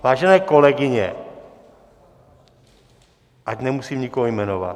Vážené kolegyně, ať nemusím nikoho jmenovat.